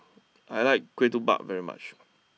I like Ketupat very much